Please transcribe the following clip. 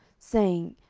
saying,